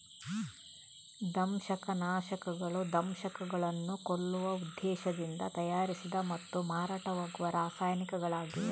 ದಂಶಕ ನಾಶಕಗಳು ದಂಶಕಗಳನ್ನು ಕೊಲ್ಲುವ ಉದ್ದೇಶದಿಂದ ತಯಾರಿಸಿದ ಮತ್ತು ಮಾರಾಟವಾಗುವ ರಾಸಾಯನಿಕಗಳಾಗಿವೆ